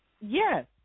Yes